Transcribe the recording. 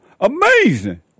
Amazing